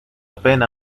pena